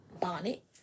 bonnet